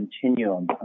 continuum